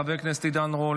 חבר הכנסת עידן רול,